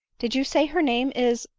did you say her name is?